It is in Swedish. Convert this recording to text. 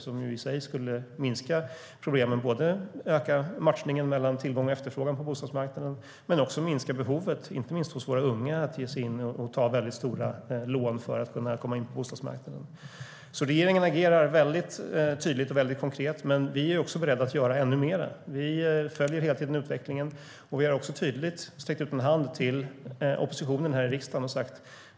Det i sig skulle minska problemen genom att matchningen mellan tillgång och efterfrågan på bostadsmarknaden ökar. Men det skulle också minska behovet, framför allt hos våra unga, att ta stora lån för att kunna komma in på bostadsmarknaden. Regeringen agerar väldigt tydligt och väldigt konkret, och vi är beredda att göra ännu mer. Vi följer utvecklingen hela tiden, och vi har tydligt sträckt ut en hand till oppositionen i riksdagen.